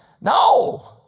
no